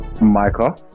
michael